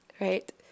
Right